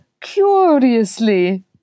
curiously